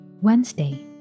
Wednesday